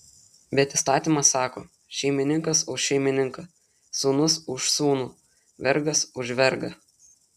bet įstatymas sako šeimininkas už šeimininką sūnus už sūnų vergas už vergą